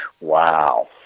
Wow